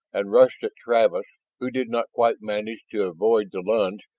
and rushed at travis who did not quite manage to avoid the lunge,